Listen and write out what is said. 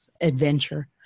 adventure